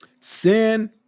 Sin